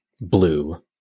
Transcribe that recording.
blue